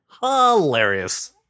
Hilarious